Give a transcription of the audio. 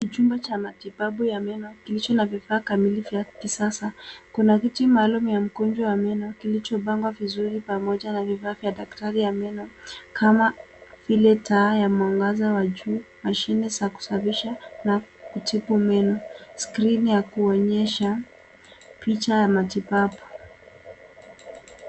Hili ni chumba cha matibabu ya meno kilicho na vifaa kamili vya kisasa. Kuna viti maalum za mgonjwa wa neno kilichopangawa vizuri pamoja na vifaa vya daktari ya meno kama vile, taa ya mwangaza ya juu, mashini za kusafisha na kutibu meno, skrini ya kuonyesha picha ya matibabu.